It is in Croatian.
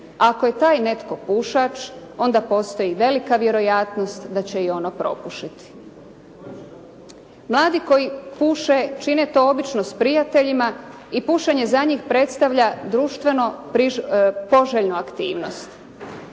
Ako je taj netko pušač, onda postoji velika vjerojatnost da će i ono propušiti. Mladi koji puše čine to obično s prijateljima i pušenje za njih predstavlja društvenu poželjnu aktivnost.